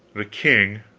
the king,